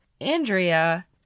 Andrea